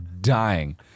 dying